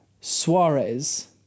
Suarez